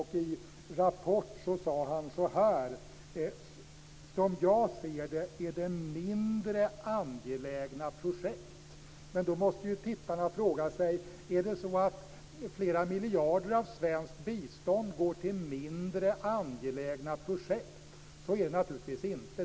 I Rapport sade han så här: "Som jag ser det är det mindre angelägna projekt". Då måste tittarna fråga sig om flera miljarder av svenskt bistånd går till mindre angelägna projekt. Så är det naturligtvis inte.